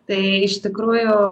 tai iš tikrųjų